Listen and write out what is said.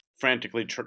frantically